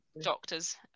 Doctors